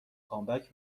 کامبک